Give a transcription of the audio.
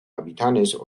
habitantes